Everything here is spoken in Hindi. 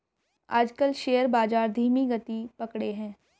आजकल शेयर बाजार धीमी गति पकड़े हैं